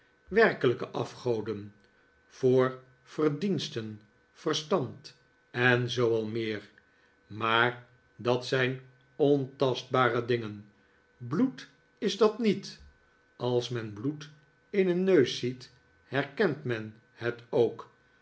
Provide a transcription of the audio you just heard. werkelijke afgoden voor verdiensten verstand en zoo al meer maar dat zijn ontastb are dingen bloed is dat niet als men bloed in een neus ziet herkent men het ook